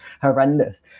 horrendous